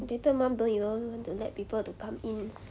later mom don't even want to let people to come in